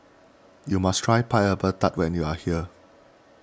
you must try Pineapple Tart when you are here